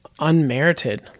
unmerited